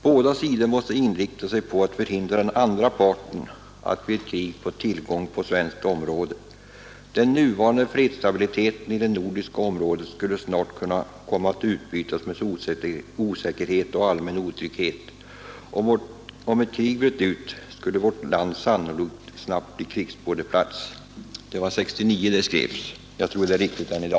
Båda sidorna måste inrikta sig på att hindra den andra parten att vid ett krig få tillgång till svenskt område. Den nuvarande fredsstabiliteten i det nordiska området skulle snart komma att utbytas mot osäkerhet och allmän otrygghet. Om ett krig bröt ut skulle vårt land sannolikt snabbt bli krigsskådeplats.” Det var år 1969 detta skrevs. Jag tycker det är riktigt även nu.